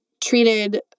treated